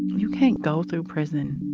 you can't go through prison